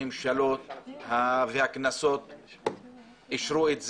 הממשלות והכנסות אישרו את זה,